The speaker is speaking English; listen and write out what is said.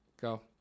Go